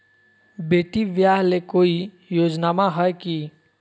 बेटी ब्याह ले कोई योजनमा हय की?